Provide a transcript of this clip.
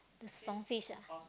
the Song Fish ah